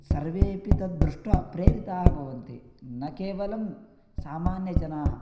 सर्वेपि तद् दृष्ट्वा प्रेरिताः भवन्ति न केवलं सामान्यजनाः